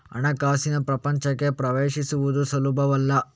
ಹಣಕಾಸಿನ ಪ್ರಪಂಚಕ್ಕೆ ಪ್ರವೇಶಿಸುವುದು ಸುಲಭವಲ್ಲ